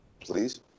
Please